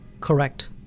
Correct